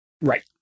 Right